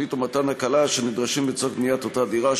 תוכנית או מתן הקלה אשר נדרשים לצורך בניית אותה דירה,